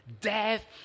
death